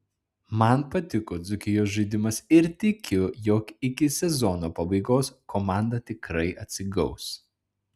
man patiko dzūkijos žaidimas ir tikiu jog iki sezono pabaigos komanda tikrai atsigaus